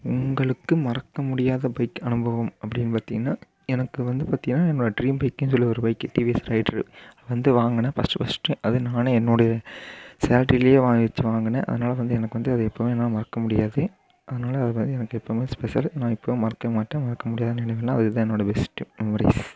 உங்களுக்கு மறக்க முடியாத பைக் அனுபவம் அப்படின்னு பார்த்திங்கன்னா எனக்கு வந்து பார்த்திங்கன்னா என்னோட ட்ரீம் பைக்குனு சொல்லி ஒரு பைக்கு டிவிஎஸ் ரைடரு வந்து வாங்கினேன் ஃபஸ்ட்டு ஃபஸ்ட்டு அது நானே என்னுடைய சேலரிலயே வாங்கினேன் அதனால வந்து எனக்கு வந்து அது எப்போதும் என்னால் மறக்க முடியாது அதனால அதுதான் எனக்கு எப்போவுமே ஸ்பெஷல் நான் எப்போதும் மறக்கவே மாட்டேன் மறக்க முடியாத நினைவில் அது தான் என்னோட பெஸ்ட்டு மெமரிஸ்